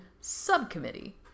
subcommittee